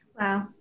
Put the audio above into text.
Wow